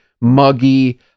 muggy